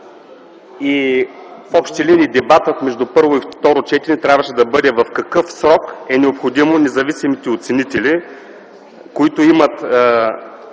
В общи линии, дебатът между първо и второ четене трябваше да бъде в какъв срок е необходимо независимите оценители, които имат